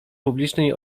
publicznej